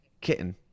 kitten